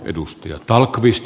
arvoisa puhemies